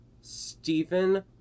Stephen